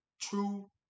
true